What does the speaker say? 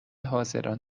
حاضران